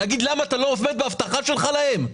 להגיד למה אתה לא עומד בהבטחה שלך להם?